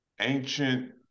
ancient